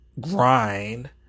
grind